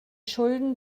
schulden